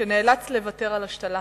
שנאלץ לוותר על השתלה,